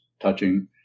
touching